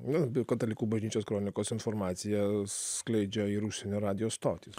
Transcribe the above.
nu katalikų bažnyčios kronikos informacija skleidžia ir užsienio radijo stotys